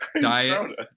diet